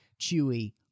Chewie